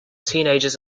teenagers